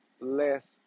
less